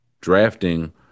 Drafting